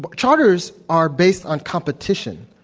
but charters are based on competition.